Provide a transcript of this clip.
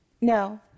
No